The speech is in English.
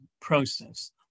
process